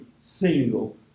single